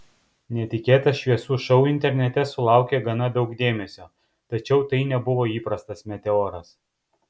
netikėtas šviesų šou internete sulaukė gana daug dėmesio tačiau tai nebuvo įprastas meteoras